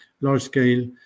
large-scale